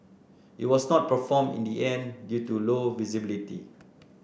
it was not performed in the end due to low visibility